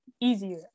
easier